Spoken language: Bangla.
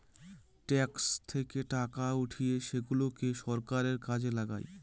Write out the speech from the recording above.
ট্যাক্স থেকে টাকা উঠিয়ে সেগুলাকে সরকার কাজে লাগায়